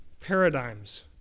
paradigms